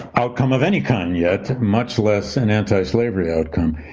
outcome of any kind yet, much less an anti-slavery outcome.